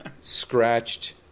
scratched